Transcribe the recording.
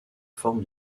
forme